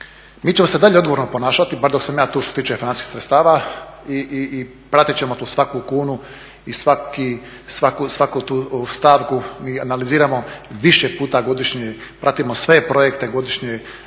Mi ćemo se i dalje odgovorno ponašati, barem dok sam ja tu što se tiče financijskih sredstava, i pratiti ćemo tu svaku kunu i svaku tu stavku mi analiziramo više puta godišnje pratimo sve projekte godišnje,